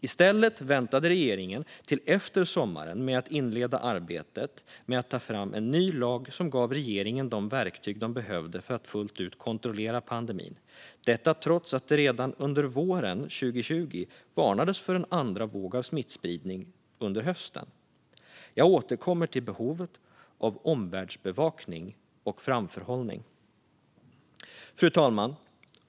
I stället väntade regeringen till efter sommaren med att inleda arbetet med att ta fram en ny lag som gav regeringen de verktyg den behövde för att fullt ut kontrollera pandemin. Detta gjorde regeringen trots att det redan under våren 2020 varnades för en andra våg av smittspridning under hösten. Jag återkommer till behovet av omvärldsbevakning och framförhållning. Fru talman!